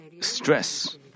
stress